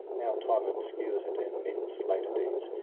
now time obscures it, and men's later deeds.